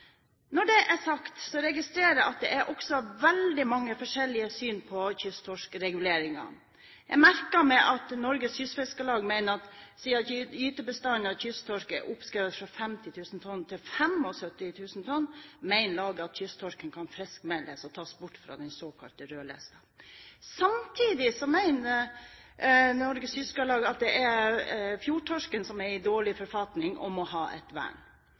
Når det er sagt, registrerer jeg at det også er veldig mange forskjellige syn på kysttorskreguleringen. Jeg merker meg at Norges Kystfiskarlag mener at siden gytebestanden av kysttorsk er oppskrevet fra 50 000 tonn til 75 000 tonn, kan kysttorsken friskmeldes og tas bort fra den såkalte rødlisten. Samtidig mener Norges Kystfiskarlag at det er fjordtorsken som er i dårlig forfatning og må ha et vern,